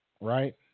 right